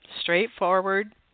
straightforward